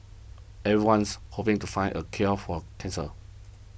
everyone's hoping to find a cure for cancer